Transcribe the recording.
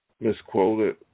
misquoted